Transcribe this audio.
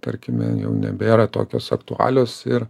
tarkime jau nebėra tokios aktualios ir